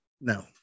No